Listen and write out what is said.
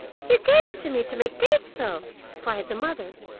you gave it to me to make cakes of cried the mother.